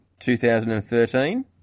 2013